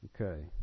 okay